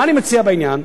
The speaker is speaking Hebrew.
מה אני מציע בעניין?